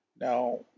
Now